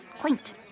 quaint